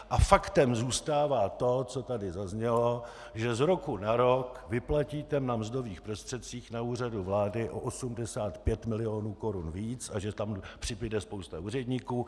A faktem zůstává to, co tady zaznělo, že z roku na rok vyplatíte na mzdových prostředcích na Úřadu vlády o 85 milionů korun víc a že tam přibude spousta úředníků.